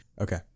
Okay